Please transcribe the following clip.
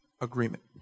agreement